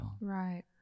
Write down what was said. Right